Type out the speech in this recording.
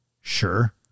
Sure